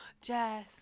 Jess